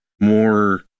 more